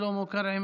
שלמה קרעי,